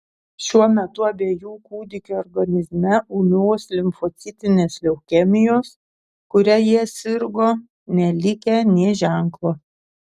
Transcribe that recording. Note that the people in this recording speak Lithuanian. šiuo metu abiejų kūdikių organizme ūmios limfocitinės leukemijos kuria jie sirgo nelikę nė ženklo